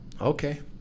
okay